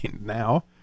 now